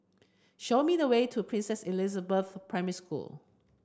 show me the way to Princess Elizabeth Primary School